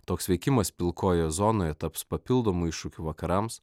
toks veikimas pilkojoje zonoje taps papildomu iššūkiu vakarams